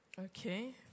Okay